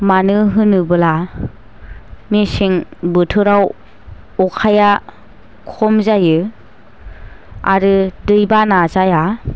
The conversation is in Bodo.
मानो होनोब्ला मेसें बोथोराव अखाया खम जायो आरो दैबाना जाया